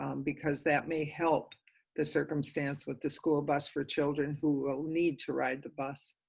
um because that may help the circumstance with the school bus for children who will need to ride the bus.